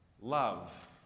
Love